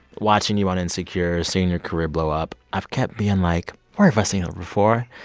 watching you on insecure, seeing your career blow up, i've kept being like where have i seen her before?